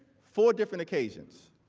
four different occasions.